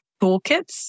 toolkits